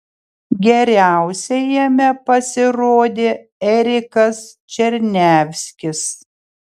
geriausiai jame pasirodė erikas černiavskis